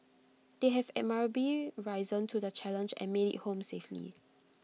they have admirably risen to the challenge and made IT home safely